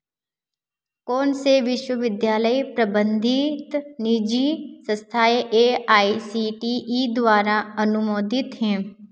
कौन से विश्वविद्यालय प्रबंधित निजी सस्थाए A I C T E द्वारा अनुमोदित हैं